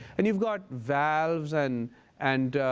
and you've got valves and and